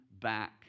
back